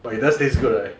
but it does taste good right